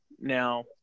Now